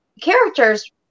characters